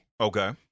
Okay